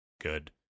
good